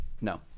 No